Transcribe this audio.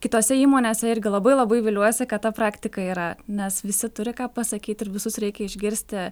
kitose įmonėse irgi labai labai viliuosi kad ta praktika yra nes visi turi ką pasakyt ir visus reikia išgirsti